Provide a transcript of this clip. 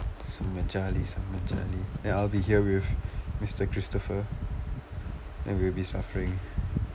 Shammah jolly Shammah ஜாலி:sammaa jaali sammaa jaali eh I'll be here with mister christopher and we will be suffering